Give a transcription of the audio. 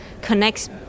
connects